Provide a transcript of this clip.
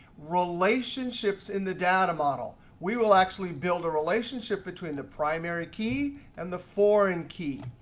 relationships in the data model. we will actually build a relationship between the primary key and the foreign key.